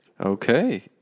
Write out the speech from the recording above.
Okay